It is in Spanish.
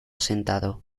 sentado